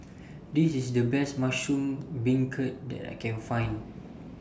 This IS The Best Mushroom Beancurd that I Can Find